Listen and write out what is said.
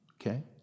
Okay